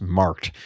marked